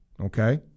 okay